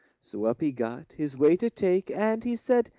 so up he got, his way to take, and he said,